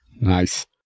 Nice